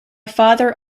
father